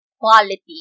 Quality